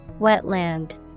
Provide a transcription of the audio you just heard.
Wetland